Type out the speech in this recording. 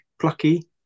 plucky